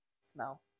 smell